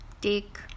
take